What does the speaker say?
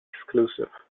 exclusive